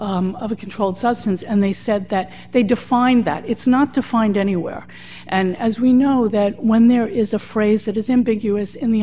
of a controlled substance and they said that they defined that it's not to find anywhere and as we know that when there is a phrase that is ambiguous in the